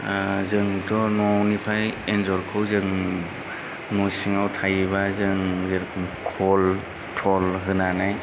जोंथ' न'निफ्राय एन्जरखौ जों न' सिङाव थायोबा जों जेरखम खल थल होनानै